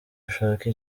ushake